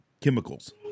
chemicals